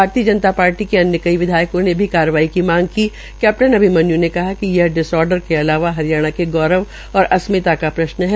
भारतीय जनता पार्टी के अन्य कई विधायकों ने भी कार्रवाई की मांग की कैप्टन अभिमन्य् ने कहा कि यह डिसऑर्डर के इलावा हरियाणा के गौरव और अस्मिता का प्रश्न है